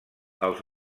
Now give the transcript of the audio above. els